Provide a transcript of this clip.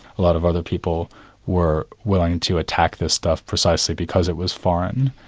a lot of other people were willing to attack this stuff precisely because it was foreign.